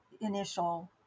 initial